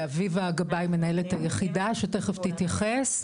לאביבה גבאי מנהלת היחידה שתכף תתייחס.